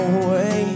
away